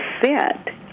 set